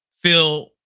feel